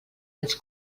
ens